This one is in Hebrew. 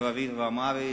ערבית ואמהרית,